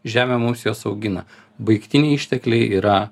žemė mums juos augina baigtiniai ištekliai yra